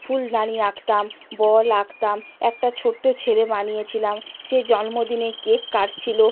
ফুলদানি আঁকতাম বল আঁকতাম একটা ছোট্টো ছেলে বানিয়েছিলাম সে জন্মদিনে কেক কাটছিল